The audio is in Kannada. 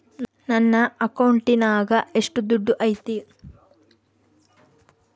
ನನ್ನ ಅಕೌಂಟಿನಾಗ ಎಷ್ಟು ದುಡ್ಡು ಐತಿ?